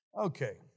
Okay